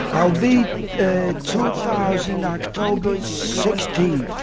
i'll be two thousand october sixteenth.